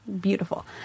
Beautiful